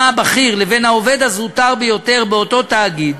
הבכיר לבין העובד הזוטר ביותר באותו תאגיד,